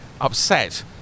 upset